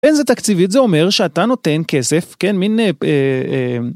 פנסיה תקציבית, זה אומר שאתה נותן כסף, כן, מין...